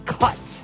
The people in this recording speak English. cut